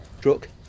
truck